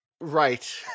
Right